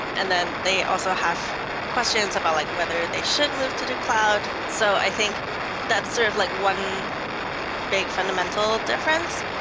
and then they also have questions about like whether they should move to the cloud. so i think that's sort of like one big fundamental difference.